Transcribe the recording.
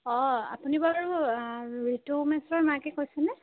অঁ আপুনি বাৰু ঋতু মেছৰ মাকে কৈছেনে